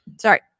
sorry